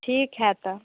ठीक है तो